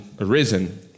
arisen